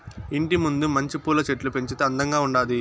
ఇంటి ముందు మంచి పూల చెట్లు పెంచితే అందంగా ఉండాది